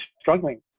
struggling